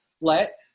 let